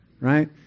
right